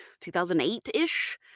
2008-ish